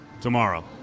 tomorrow